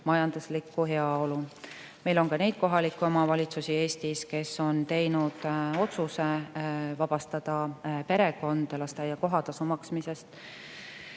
majanduslikku heaolu. Meil on neidki kohalikke omavalitsusi Eestis, kes on teinud otsuse vabastada perekond lasteaia kohatasu maksmisest.